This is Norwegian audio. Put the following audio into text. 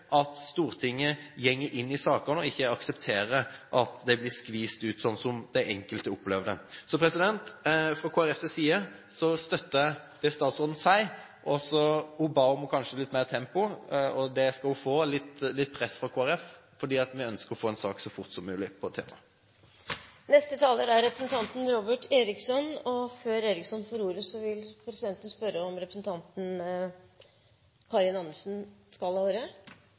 at Stortinget går inn i sakene, og som ikke aksepterer at de blir skviset ut, sånn som enkelte opplever det. Så fra Kristelig Folkepartis side støtter vi det statsråden sier. Hun ba om kanskje litt mer tempo, og det skal hun få – litt press fra Kristelig Folkeparti – for vi ønsker å få en sak om temaet så fort som mulig. La meg først få lov til å uttrykke at jeg er